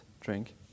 drink